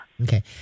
Okay